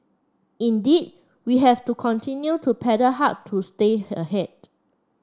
indeed we have to continue to paddle hard to stay ahead